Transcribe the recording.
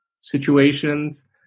situations